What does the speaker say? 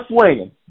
swinging